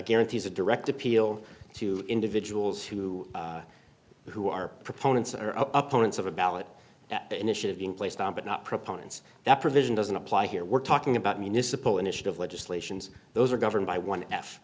guarantees a direct appeal to individuals who who are proponents are up points of a ballot initiative being placed on but not proponents that provision doesn't apply here we're talking about municipal initiative legislations those are governed by one f